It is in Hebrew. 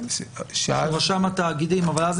זה אפשרי?